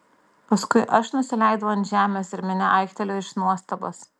paskui aš nusileidau ant žemės ir minia aiktelėjo iš nuostabos